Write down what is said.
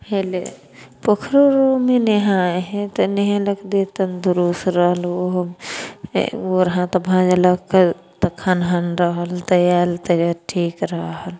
हेले पोखरो उखरोमे नहाइ हइ तऽ नहेलक देह तंदुरस्त रहल ओहो गोर हाथ भँजलक तऽ खनहन रहल तऽ आयल तऽ ठीक रहल